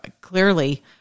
clearly